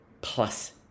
plus